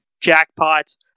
jackpot